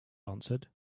answered